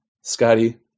Scotty